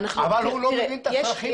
אבל הוא לא מבין את הצרכים שלי.